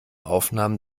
aufnahmen